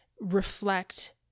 reflect